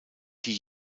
die